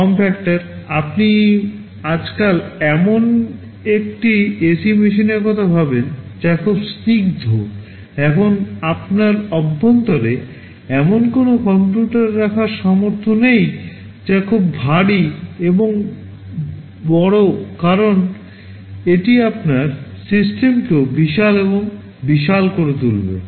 form factor আপনি আজকাল এমন একটি এসি মেশিনের কথা ভাবেন যা খুব স্নিগ্ধ এখন এর অভ্যন্তরে এমন কোনও কম্পিউটার রাখার সামর্থ নেই যা খুব ভারী এবং বড় কারণ এটি আপনার সিস্টেমকেও বিশাল এবং বিশাল করে তুলবে